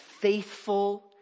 faithful